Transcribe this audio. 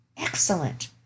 Excellent